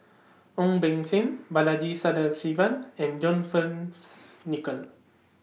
Ong Beng Seng Balaji Sadasivan and John Fearns Nicoll